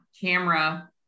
camera